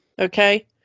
Okay